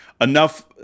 enough